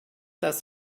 das